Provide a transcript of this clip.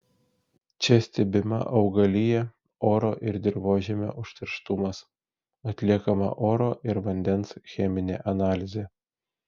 čia stebima augalija oro ir dirvožemio užterštumas atliekama oro ir vandens cheminė analizė